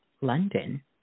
London